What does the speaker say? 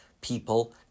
people